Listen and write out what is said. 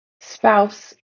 spouse